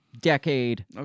decade